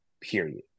period